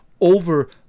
over